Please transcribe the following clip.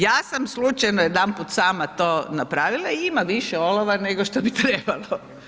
Ja sam slučajno jedanput sama to napravila i ima više olova nego što bi trebalo.